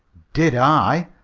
did i?